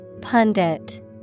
Pundit